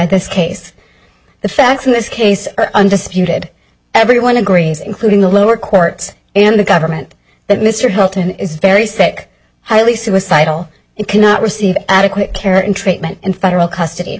this case the facts in this case undisputed everyone agrees including the lower courts and the government that mr holton is very sick highly suicidal and cannot receive adequate care and treatment in federal custody